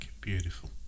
Beautiful